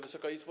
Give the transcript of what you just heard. Wysoka Izbo!